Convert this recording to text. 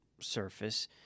surface